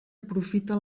aprofita